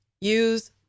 use